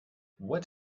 what